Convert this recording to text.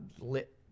lit